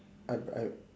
I I